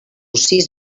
sis